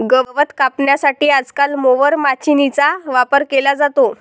गवत कापण्यासाठी आजकाल मोवर माचीनीचा वापर केला जातो